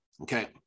okay